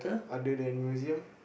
other than museum